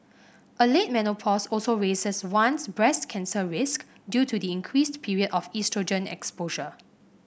a late menopause also raises one's breast cancer risk due to the increased period of oestrogen exposure